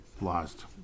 lost